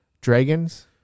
Dragons